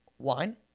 Wine